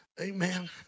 Amen